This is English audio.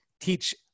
teach